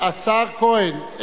השר כהן.